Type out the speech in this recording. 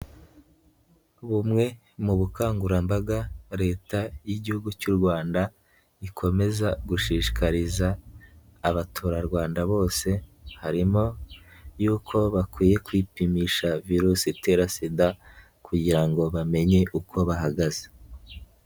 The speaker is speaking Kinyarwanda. Bumwe mu bukangurambaga Leta y'Igihugu cy'u Rwanda ikomeza gushishikariza Abaturarwanda bose harimo yuko bakwiye kwipimisha virusi itera Sida kugira ngo bamenye uko bahagaze.